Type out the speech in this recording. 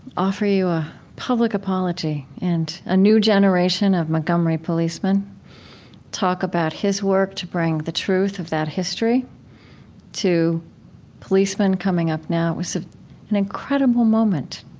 offer you a public apology, and a new generation of montgomery policemen talk about his work to bring the truth of that history to policemen coming up now. it was ah an incredible moment